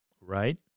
Right